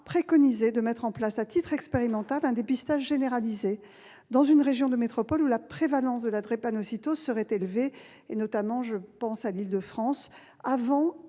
préconisé de mettre en place, à titre expérimental, un dépistage généralisé dans une région de métropole où la prévalence de la drépanocytose est élevée, par exemple l'Île-de-France, avant